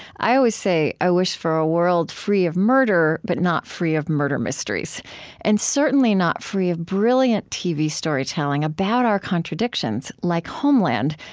i always say, i wish for a world free of murder, but not free of murder mysteries and certainly not free of brilliant tv storytelling about our contradictions, like homeland,